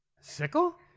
Sickle